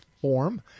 Form